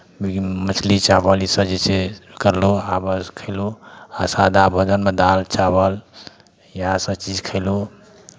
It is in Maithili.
मछली चावल इसभ जे छै करलहुँ आ बस खयलहुँ आ सादा भोजनमे दालि चावल इएहसभ चीज खयलहुँ